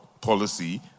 policy